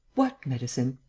what medicine?